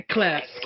Class